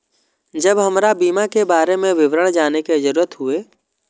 जब हमरा बीमा के बारे में विवरण जाने के जरूरत हुए?